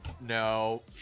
no